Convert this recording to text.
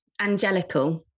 angelical